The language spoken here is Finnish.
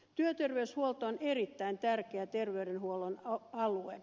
työterveyshuolto on erittäin tärkeä terveydenhuollon alue